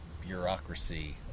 bureaucracy